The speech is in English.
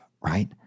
right